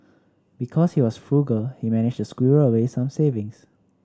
because he was frugal he managed to squirrel away some savings